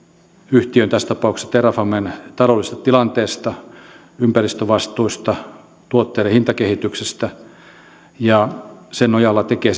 yhtiön tässä tapauksessa terrafamen taloudellisesta tilanteesta ympäristövastuista tuotteiden hintakehityksestä ja sen nojalla tekee